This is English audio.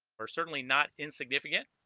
or certainly not insignificant